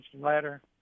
ladder